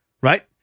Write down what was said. Right